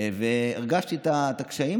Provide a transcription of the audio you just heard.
והרגשתי את הקשיים,